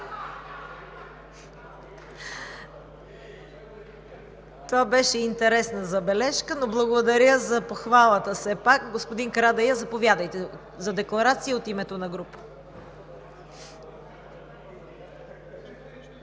Това беше интересна забележка, но благодаря за похвалата все пак. Господин Карадайъ, заповядайте за декларация от името на